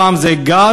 הפעם זה גז.